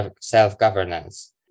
self-governance